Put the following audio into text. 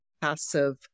passive